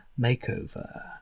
makeover